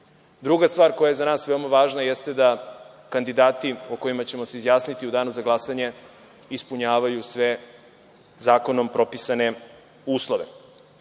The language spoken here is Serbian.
stvar koja je za nas veoma važna, jeste da kandidati, o kojima ćemo se izjasniti u Danu za glasanje, ispunjavaju sve zakonom propisane uslove.